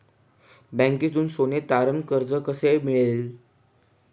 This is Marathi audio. बँकेतून सोने तारण कर्ज कसे मिळेल?